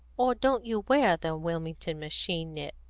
or don't you wear the wilmington machine-knit?